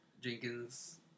Jenkins